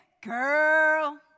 Girl